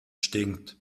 stinkt